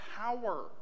power